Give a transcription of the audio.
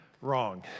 wrong